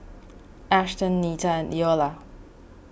Ashton Neta and Iola